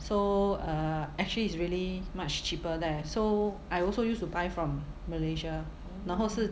so err actually it's really much cheaper there so I also used to buy from malaysia 然后是